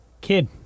Kid